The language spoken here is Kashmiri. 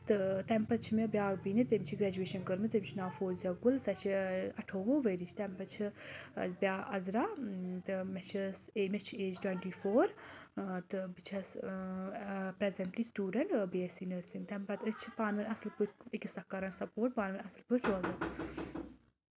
تہٕ تَمہِ پَتہٕ چھِ مےٚ بیاکھ بِیٚنہِ تٔمۍ چھِ گریجویشَن کٔرمٕژ تٔمِس چھِ ناو فوزِیا کُل سۄ چھِ اَٹھووُہ ؤرِش چھِ تَمہِ پَتہٕ چھِ بیاکھ عزرا تہٕ مےٚ چھَس مےٚ چھِ ایج ٹُوَنٹی فور تہٕ بہٕ چھَس presently student B S C nursing تَمہِ پَتہٕ أسۍ چھِ پانہٕ ؤنۍ اَصٕل پٲٹھۍ أکِس اکھ سَپوٹ پانہٕ ؤنۍ اَصٕل پٲٹھۍ روزان